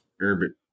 urban